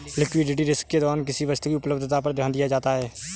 liquidity risk के दौरान किसी वस्तु की उपलब्धता पर ध्यान दिया जाता है